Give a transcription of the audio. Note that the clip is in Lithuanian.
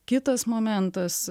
kitas momentas